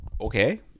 Okay